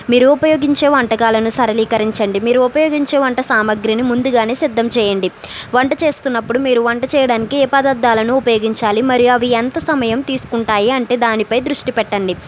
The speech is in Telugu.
మీరు ఉపయోగించే వంటకాలను సరళీకరించండి మీరు ఉపయోగించే వంట సామాగ్రిని ముందుగానే సిద్ధం చేయండి వంట చేస్తున్నప్పుడు మీరు వంట చేయడానికి ఏ పదార్థాలను ఉపయోగించాలి మరియు అవి ఎంత సమయం తీసుకుంటాయి అంటే దానిపై దృష్టి పెట్టండి